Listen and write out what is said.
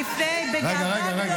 בגאווה גדולה